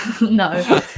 No